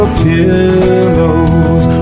pillows